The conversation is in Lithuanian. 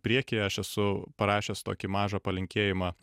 priekyje aš esu parašęs tokį mažą palinkėjimą